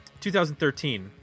2013